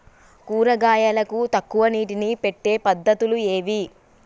కూరగాయలకు తక్కువ నీటిని పెట్టే పద్దతులు ఏవి?